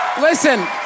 Listen